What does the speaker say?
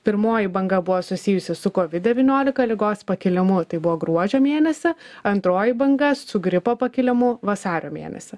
pirmoji banga buvo susijusi su kovid devyniolika ligos pakilimu tai buvo gruodžio mėnesį antroji banga su gripo pakilimu vasario mėnesį